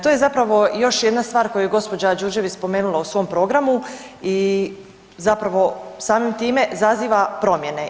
To je zapravo i još jedna stvar koju je gospođa Đurđević spomenula u svom programu i zapravo samim time zaziva promjene.